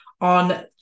on